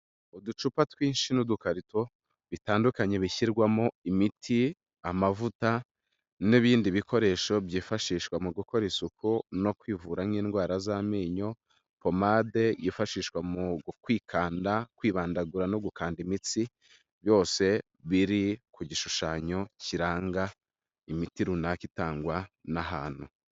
Uducupa twinshi n'udukarito bitandukanye bishyirwamo imiti, amavuta n'ibindi bikoresho byifashishwa mu gukora isuku no kwivura nk'indwara z'amenyo, pomade yifashishwa mu kwikanda, kwibandagura no gukanda imitsi, byose biri ku gishushanyo kiranga imiti runaka itangwa n'ahantu.